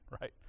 right